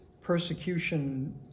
persecution